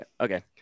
Okay